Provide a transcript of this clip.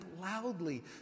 loudly